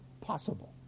possible